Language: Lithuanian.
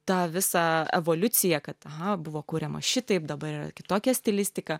tą visą evoliuciją kad aha buvo kuriama šitaip dabar yra kitokia stilistika